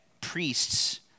priests